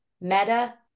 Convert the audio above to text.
meta